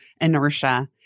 inertia